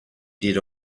did